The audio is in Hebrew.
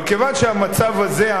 אבל כיוון שהמצב הזה,